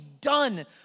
done